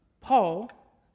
paul